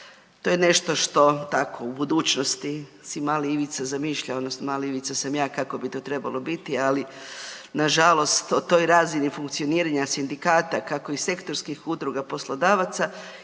To je nešto što tako u budućnosti si mali Ivica zamišlja odnosno mali Ivica sam ja kako bi to trebalo biti, ali nažalost o toj razini funkcioniranja sindikata kako i sektorskih udruga poslodavaca